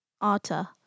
Arta